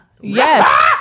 Yes